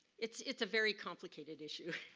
it's it's a very complicated issue.